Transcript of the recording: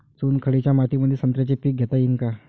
चुनखडीच्या मातीमंदी संत्र्याचे पीक घेता येईन का?